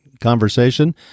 conversation